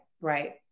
Right